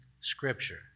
scripture